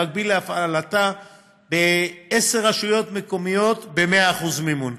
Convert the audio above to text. במקביל להפעלתה בעשר רשויות מקומיות ב-100% מימון.